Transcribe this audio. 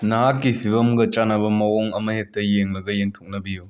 ꯅꯍꯥꯛꯀꯤ ꯐꯤꯕꯝꯒ ꯆꯥꯅꯕ ꯃꯑꯣꯡ ꯑꯃꯍꯦꯛꯇ ꯌꯦꯡꯂꯒ ꯌꯦꯟꯊꯣꯛꯅꯕꯤꯌꯨ